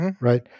right